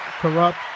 corrupt